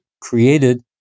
created